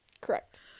Correct